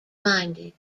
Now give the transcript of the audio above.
minded